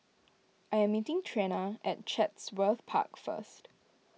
I am meeting Trena at Chatsworth Park first